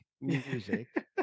music